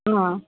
ஆமாம்